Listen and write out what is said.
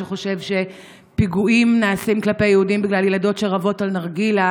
שחושב שפיגועים נעשים כלפי יהודים בגלל ילדות שרבות על נרגילה